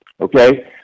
Okay